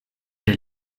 der